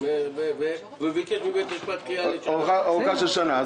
ואז ביקש מבית המשפט ארכה לשנה?